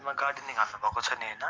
घरमा गार्डनिङ हाल्नुभएको छ नि होइन